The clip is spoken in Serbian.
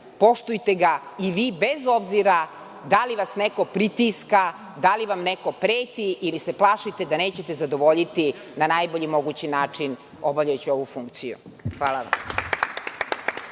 poštujte ga i vi bez obzira da li vas neko pritiska, da li vam neko preti ili se plašite da nećete zadovoljiti na najbolji mogući način obavljajući ovu funkciju. Hvala vam.